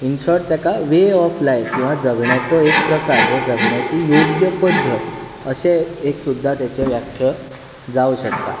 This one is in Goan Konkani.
इन शोर्ट ताका वे ऑफ लायफ किंवा जगण्याचो एक प्रकार किंवा जगण्याची योग्य पद्धत अशें एक सुद्धा ताचे व्याख्य जावंक शकता